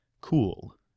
cool